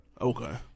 Okay